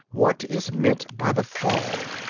what is meant by the fall?